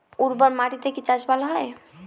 উর্বর মাটিতে কি চাষ ভালো হয়?